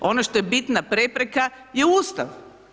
Ono što je bitna prepreka je Ustav.